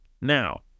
Now